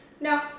no